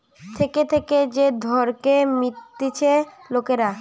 থেকে থেকে যে ধারকে মিটতিছে লোকরা